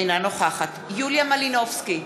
אינה נוכחת יוליה מלינובסקי,